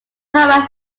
powell